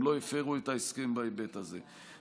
הם לא הפרו את ההסכם בהיבט הזה,